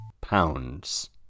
pounds